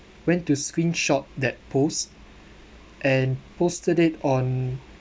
went to screenshot that post and posted it on